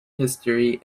history